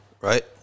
right